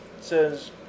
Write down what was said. says